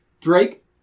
Drake